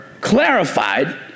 clarified